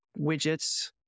widgets